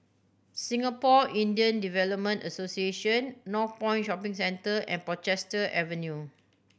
Singapore Indian Development Association Northpoint Shopping Centre and Portchester Avenue